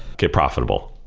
get profitable.